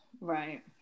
Right